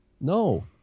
No